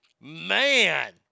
Man